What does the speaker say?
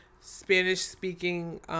Spanish-speaking